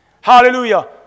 Hallelujah